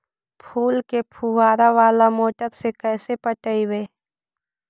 फूल के फुवारा बाला मोटर से कैसे पटइबै?